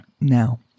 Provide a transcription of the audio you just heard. Now